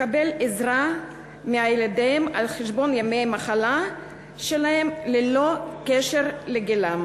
לקבל עזרה מילדיו על חשבון ימי מחלה שלהם ללא קשר לגילו.